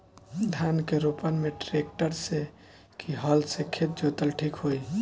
धान के रोपन मे ट्रेक्टर से की हल से खेत जोतल ठीक होई?